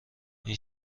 این